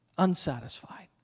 unsatisfied